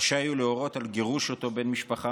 רשאי הוא להורות על גירוש אותו בן משפחה